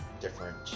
different